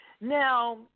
Now